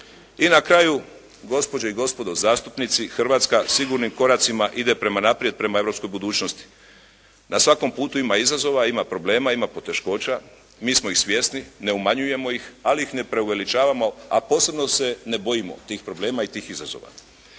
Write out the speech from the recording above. I na kraju, gospođe i gospodo zastupnici Hrvatska sigurnim koracima ide prema naprijed, prema europskoj budućnosti. Na svakom putu ima izazova, ima problema, ima poteškoća, mi smo ih svjesni, ne umanjujemo ih, ali ih ne preuveličavamo, a posebno se ne bojimo tih problema i tih izazova.